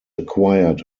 acquired